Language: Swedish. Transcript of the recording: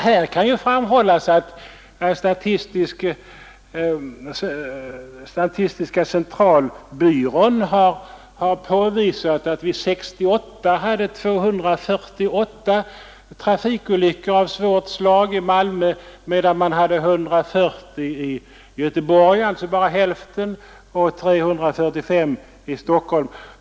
Här kan framhållas att statistiska centralbyrån har påvisat att vi 1968 hade 248 svåra trafikolyckor i Malmö, medan man hade 140, alltså bara hälften, i Göteborg och 345 i Stockholm.